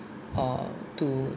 or to